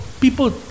people